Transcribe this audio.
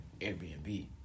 Airbnb